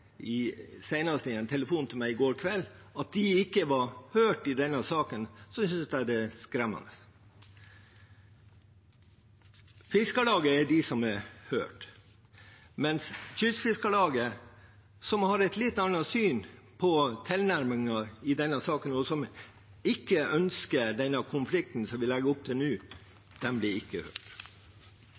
i en telefon til meg i går kveld – at de ikke er hørt i denne saken, synes jeg det er skremmende. Fiskarlaget er de som er hørt, mens Kystfiskarlaget, som har en litt annen tilnærming til denne saken, og som ikke ønsker den konflikten som det legges opp til nå, ikke blir hørt.